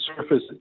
surface